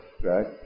right